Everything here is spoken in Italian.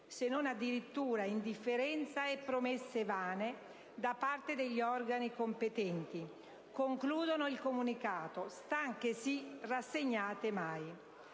se non addirittura indifferenza e promesse vane da parte degli organi competenti». E concludono il comunicato dicendo: «Stanche sì, rassegnate mai».